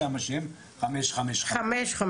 משם השם חמש חמש חמש.